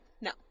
No